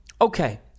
Okay